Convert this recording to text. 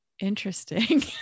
Interesting